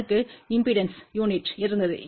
அதற்கு impedance unit இருந்தது